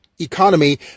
economy